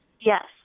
Yes